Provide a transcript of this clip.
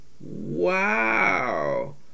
Wow